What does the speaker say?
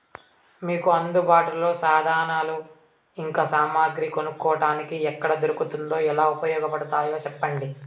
మీకు అందుబాటులో సాధనాలు ఇంకా సామగ్రి కొనుక్కోటానికి ఎక్కడ దొరుకుతుందో ఎలా ఉపయోగపడుతాయో సెప్పండి?